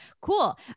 Cool